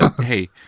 Hey